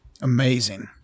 Amazing